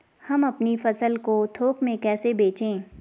हम अपनी फसल को थोक में कैसे बेचें?